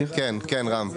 כן, רם?